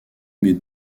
mes